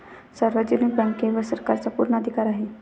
सार्वजनिक बँकेवर सरकारचा पूर्ण अधिकार आहे